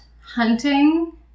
hunting